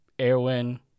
erwin